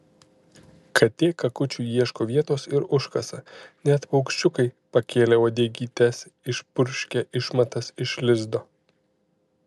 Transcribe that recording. katė kakučiui ieško vietos ir užkasa net paukščiukai pakėlę uodegytes išpurškia išmatas iš lizdo